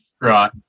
Right